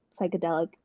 psychedelic